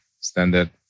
standard